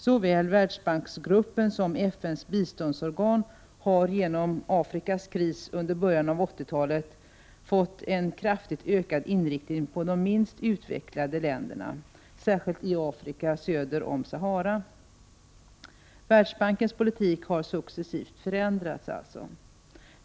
Såväl Världsbanksgruppen som FN:s biståndsorgan har genom Afrikakrisen i början 1980-talet fått en kraftigt ökad inriktning på de minst utvecklade länderna, särskilt i Afrika söder om Sahara. Världsbankens politik har alltså successivt förändrats.